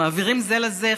ומעבירים זה לזה,